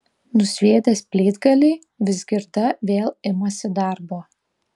nusviedęs plytgalį vizgirda vėl imasi darbo